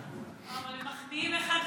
אבל הם מחמיאים אחד לשני,